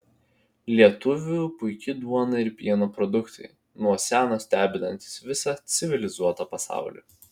lietuvių puiki duona ir pieno produktai nuo seno stebinantys visą civilizuotą pasaulį